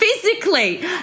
physically